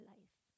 Life